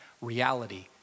reality